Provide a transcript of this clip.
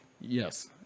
yes